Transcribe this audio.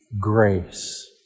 grace